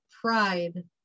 pride